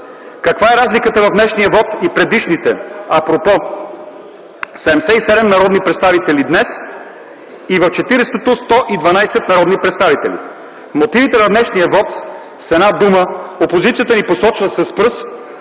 Каква е разликата в днешния вот и в предишните апропо – 77 народни представители днес и в 40-то – 112 народни представители? Мотивите на днешния вот с една дума опозицията ни посочва с пръст,